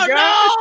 no